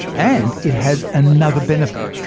and it has another benefit.